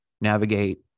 navigate